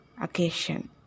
occasion